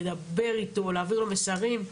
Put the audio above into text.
להעביר לו מסרים.